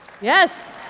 Yes